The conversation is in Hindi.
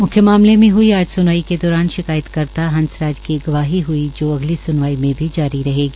मुख्य मामले में आज स्नवाई के दौरान शिकायत कर्ता हंसराज की गवाही हई जो अगली स्नवाई मे भी जारी रहेगी